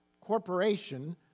corporation